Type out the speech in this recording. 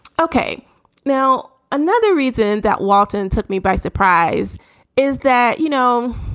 okay now, another reason that walton took me by surprise is that, you know,